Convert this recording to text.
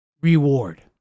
reward